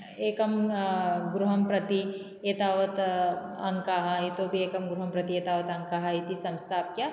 एकं गृहं प्रति एतावत् अङ्काः इतोऽपि एकं गृहं प्रति एतावत् अङ्काः इति संस्थाप्य